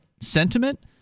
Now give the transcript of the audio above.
sentiment